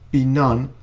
be none,